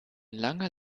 langer